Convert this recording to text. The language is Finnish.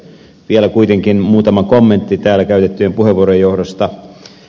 vielä kuitenkin muutama kommentti täällä käytettyjen puheenvuorojen johdosta